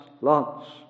lots